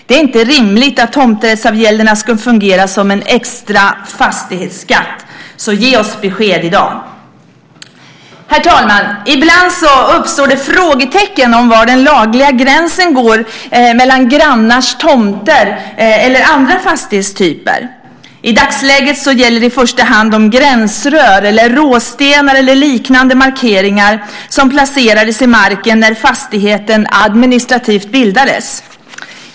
Det är inte rimligt att tomträttsavgälderna ska fungera som en extra fastighetsskatt. Ge oss besked i dag! Herr talman! Ibland uppstår det frågetecken om var den lagliga gränsen går mellan grannars tomter eller andra fastighetstyper. I dagsläget gäller i första hand de gränsrör, råstenar eller liknande markeringar som placerades i marken när fastigheten administrativt bildades.